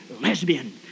lesbian